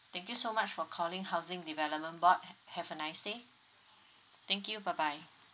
thank you so much for calling housing development board have have a nice day thank you bye bye